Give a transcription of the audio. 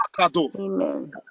Amen